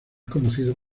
conocido